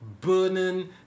burning